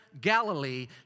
Galilee